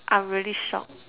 I'm really shock